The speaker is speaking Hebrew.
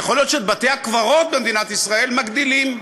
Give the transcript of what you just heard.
יכול להיות שאת בתי-הקברות במדינת ישראל מגדילים,